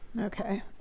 Okay